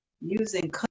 using